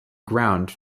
ground